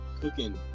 cooking